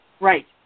Right